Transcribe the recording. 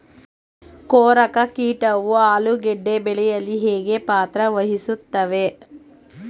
ಕೊರಕ ಕೀಟವು ಆಲೂಗೆಡ್ಡೆ ಬೆಳೆಯಲ್ಲಿ ಹೇಗೆ ಪಾತ್ರ ವಹಿಸುತ್ತವೆ?